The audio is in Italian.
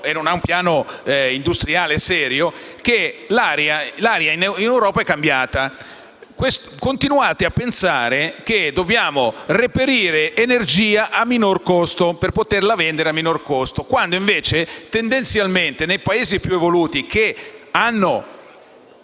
e non ha un piano industriale serio. Voi continuate a pensare che dobbiamo reperire energia a minor costo per poterla vendere a minor costo quando invece, tendenzialmente, nei Paesi più evoluti, che negli